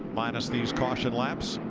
minus discussion laps.